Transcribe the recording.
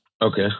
okay